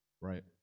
right